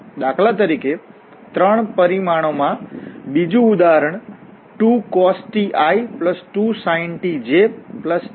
દાખલા તરીકે ત્રણ પરિમાણોમાં બીજું ઉદાહરણ 2cos ti 2sin t jtk જેવા હોઈ શકે છે